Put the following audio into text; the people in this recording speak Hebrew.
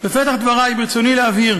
בפתח דברי ברצוני להבהיר